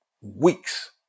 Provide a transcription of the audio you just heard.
weeks